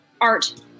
Art